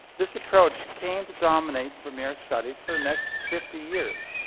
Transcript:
this approach came to dominate vermeer studies for the next fifty years,